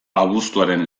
abuztuaren